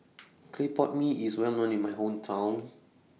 Clay Pot Mee IS Well known in My Hometown